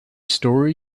story